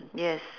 yes